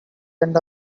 end